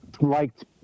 liked